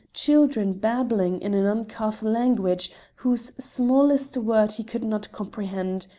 children babbling in an uncouth language whose smallest word he could not comprehend,